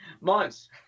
months